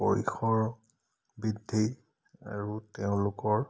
পৰিসৰ বৃদ্ধি আৰু তেওঁলোকৰ